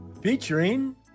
Featuring